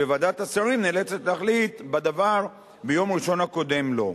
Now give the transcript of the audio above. וועדת השרים נאלצת להחליט בדבר ביום ראשון הקודם לו.